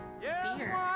beer